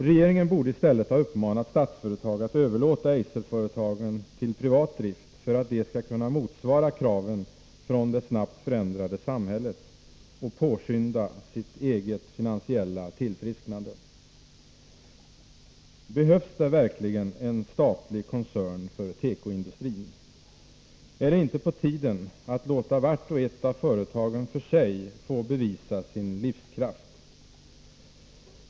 Regeringen borde i stället ha uppmanat Statsföretag att överlåta Eiserföretagen till privat drift för att de skall kunna motsvara kraven från det snabbt förändrade samhället och påskynda sitt eget finansiella tillfrisknande. Behövs det verkligen en statlig koncern för tekoindustrin? Är det inte på tiden att låta vart och ett av företagen för sig få bevisa sin livskraft?